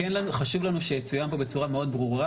חשוב לנו שיצוין בצורה ברורה מאוד,